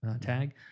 tag